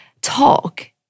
talk